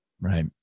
Right